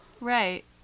Right